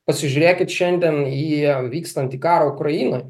pasižiūrėkit šiandien į vykstantį karą ukrainoj